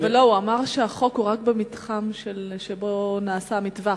לא, הוא אמר שהחוק הוא רק במתחם שבו נעשה מטווח,